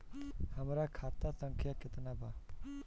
हमरा खाता संख्या केतना बा?